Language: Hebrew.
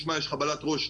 יש חבלת ראש,